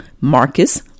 Marcus